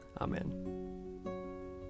Amen